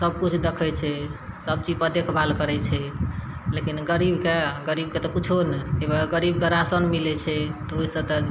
सभकिछु दखय छै सभचीज पर देखभाल करय छै लेकिन गरीबके गरीबके तऽ कुछो नहि गरीबके राशन मिलय छै तऽ ओइसँ तऽ